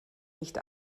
nicht